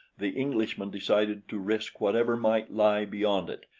the englishman decided to risk whatever might lie beyond it,